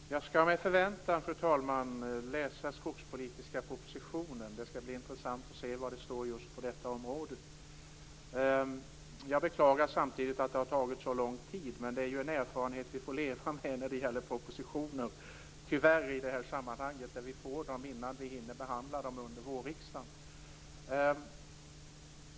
Fru talman! Jag ser med förväntan fram mot att få läsa den skogspolitiska propositionen. Det skall bli intressant att se vad det står just på detta område. Jag beklagar samtidigt att det har tagit så lång tid. Det är tyvärr en erfarenhet vi får leva med när det gäller propositioner, att vi får dem så sent att vi inte hinner behandla dem under vårriksdagen.